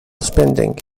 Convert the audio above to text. spending